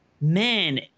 man